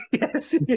yes